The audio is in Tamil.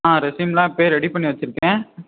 ஆ ரெஸ்யூம் எல்லாம் இப்போயே ரெடி பண்ணி வச்சுருக்குறேன்